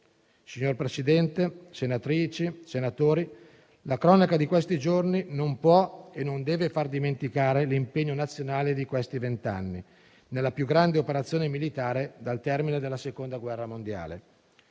Signor Presidente, senatrici e senatori, la cronaca degli ultimi giorni non può e non deve far dimenticare l'impegno nazionale di questi vent'anni nella più grande operazione militare dal termine della Seconda guerra mondiale.